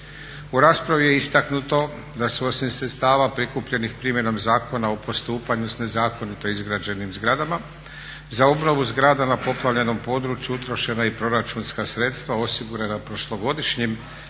U raspravi je istaknuto da su osim sredstava prikupljenih primjenom Zakona o postupanju s nezakonito izgrađenim zgradama, za obnovu zgrada na poplavljenom području utrošena i proračunska sredstva osigurana prošlogodišnjim